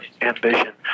ambition